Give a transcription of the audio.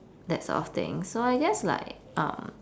that sort of things so I guess like um